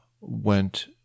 went